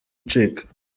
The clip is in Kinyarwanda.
ucika